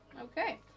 Okay